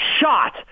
shot